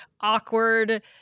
awkward